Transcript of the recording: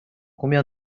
combien